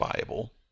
Bible